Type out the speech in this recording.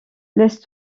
laisse